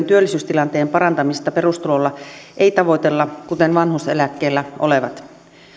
työllisyystilanteen parantamista perustulolla ei tavoitella kuten vanhuuseläkkeellä olevat